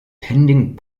pending